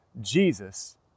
Jesus